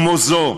כמו זאת,